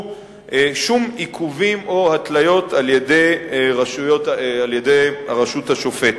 שום עיכובים או התליות על-ידי הרשות השופטת.